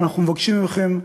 אנחנו מבקשים מכם,